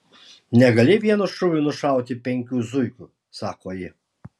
negali vienu šūviu nušauti penkių zuikių sako ji